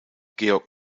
georg